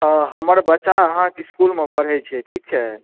अँ हमर बचा आहाँके इसकुलमे पढ़ै छै ठिक छै